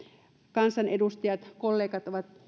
kansanedustajat kollegat ovat